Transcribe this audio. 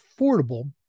affordable